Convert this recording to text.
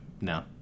No